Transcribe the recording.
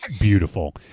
beautiful